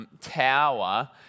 tower